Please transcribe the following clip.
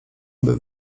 aby